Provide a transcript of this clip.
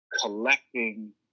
collecting